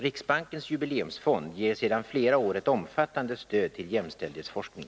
Riksbankens jubileumsfond ger sedan flera år ett omfattande stöd till jämställdhetsforskning.